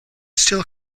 still